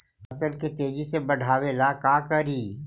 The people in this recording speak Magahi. फसल के तेजी से बढ़ाबे ला का करि?